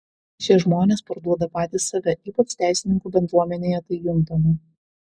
šie žmonės parduoda patys save ypač teisininkų bendruomenėje tai juntama